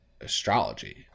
astrology